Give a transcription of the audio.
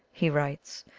he writes,